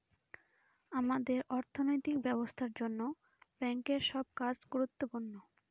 আমাদের অর্থনৈতিক ব্যবস্থার জন্য ব্যাঙ্কের সব কাজ গুরুত্বপূর্ণ